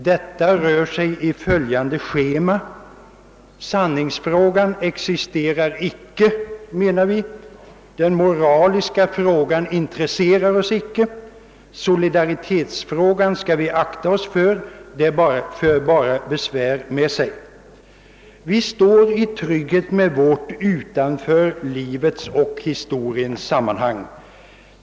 Detta rör sig enligt följande schema: Sanningsfrågan existerar icke, menar vi; den moraliska frågan intresserar oss inte; sannolikhetsfrågan skall vi akta oss för, den för bara besvär med sig. Vi står i trygghet utanför livets och historiens sammanhang.